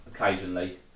occasionally